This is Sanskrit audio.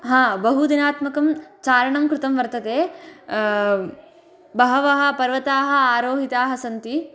हा बहुदिनात्मकं चारणं कृतं वर्तते बहवः पर्वताः आरोहिताः सन्ति